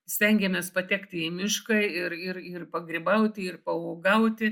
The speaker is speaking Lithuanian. stengiamės patekti į mišką ir ir ir pagrybauti ir pauogauti